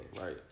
right